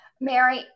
Mary